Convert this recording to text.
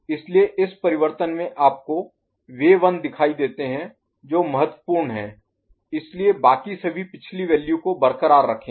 इसलिए इस परिवर्तन में आपको वे 1 दिखाई देते हैं जो महत्वपूर्ण हैं इसलिए बाकी सभी पिछली वैल्यू को बरक़रार रखेंगे